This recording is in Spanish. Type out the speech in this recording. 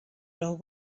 los